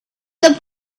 the